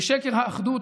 בשקר האחדות,